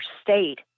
state